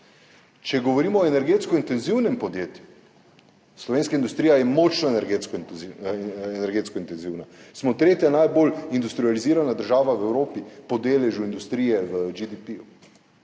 govorimo o energetsko intenzivnem podjetju, slovenska industrija je močno energetsko intenzivna. Smo tretja najbolj industrializirana država v Evropi po deležu industrije v GDP